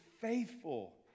faithful